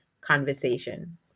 conversation